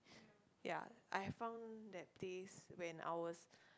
yeah I found that place when I was